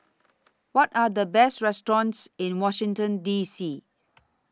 What Are The Best restaurants in Washington D C